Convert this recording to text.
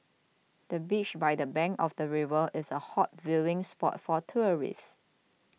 the bench by the bank of the river is a hot viewing spot for tourists